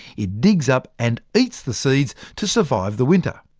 it digs up and eats the seeds to survive the winter.